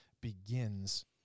begins